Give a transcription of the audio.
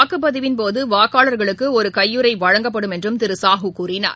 வாக்குப்பதிவின் போதுவாக்காளர்களுக்குஒருகையுறைவழங்கப்படும் என்றும் திருசாஹூ கூறினார்